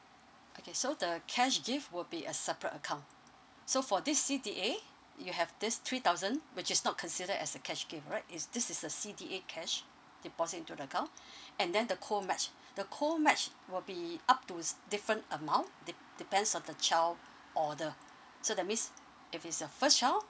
okay so the cash gift will be a separate account so for this C_D_A you have this three thousand which is not considered as a cash gift alright is this is a C_D_A cash deposit into the account and then the co match the co match will be up to different amount dep~ depends on the child or the so that means if it's a first child